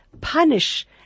punish